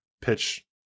pitch –